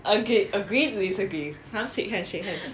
okay agree to disagree come shake hands shake hands